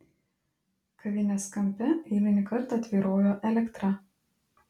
kavinės kampe eilinį kartą tvyrojo elektra